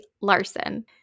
Larson